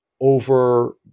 over